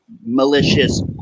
malicious